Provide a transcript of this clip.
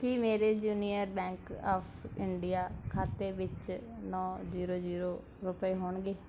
ਕੀ ਮੇਰੇ union bank of India ਖਾਤੇ ਵਿੱਚ ਨੌਂ ਜੀਰੋ ਜੀਰੋ ਰੁਪਏ ਹੋਣਗੇ